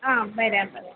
ആ വരാൻ പറയാം